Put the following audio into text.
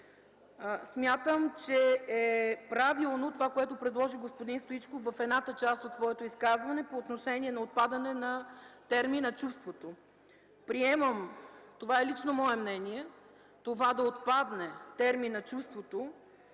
смятам, че е правилно това, което предложи господин Стоичков в едната част от своето изказване по отношение отпадане на термина „чувството”. Приемам, това е лично мое мнение, да отпадне терминът „чувството”.